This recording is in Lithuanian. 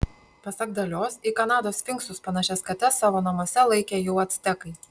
pasak dalios į kanados sfinksus panašias kates savo namuose laikė jau actekai